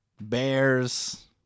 Bears